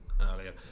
earlier